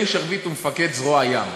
אלי שרביט הוא מפקד זרוע הים,